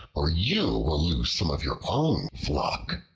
or you will lose some of your own flock.